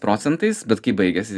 procentais bet kai baigėsi